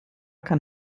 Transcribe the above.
kann